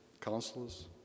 counselors